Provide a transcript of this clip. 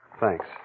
Thanks